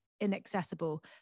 inaccessible